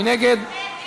מי נגד?